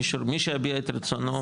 מי שהביע את רצונו,